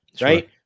right